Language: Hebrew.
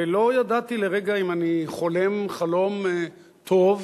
ולא ידעתי לרגע אם אני חולם חלום טוב,